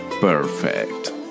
Perfect